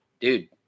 dude